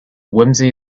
whimsy